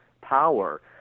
power